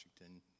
Washington